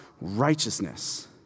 righteousness